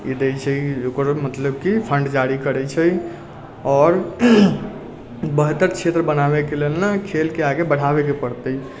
इ दैत छै ओकर मतलब कि फण्ड जारी करैत छै आओर बेहतर क्षेत्र बनाबयके लेल ने खेलकेँ आगे बढ़ाबयके पड़तै